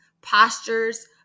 postures